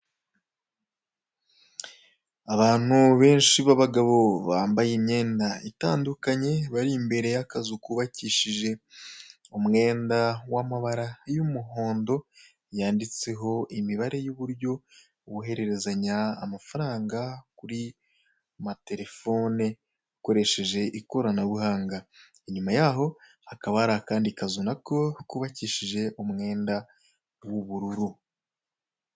Abantu benshi b'abagabo bambaye imyenda itandukanye bari imbere y'akazu kubakishije umwenda w'amabara y'umuhondo yanditseho imibare y'uburyo bohererezanya amafaranga kuma terefone ukoresheje ikoranabuhanga. Nyuma yaho hakaba hari akandi kazu nako kubakishije umwenda w'ubururu.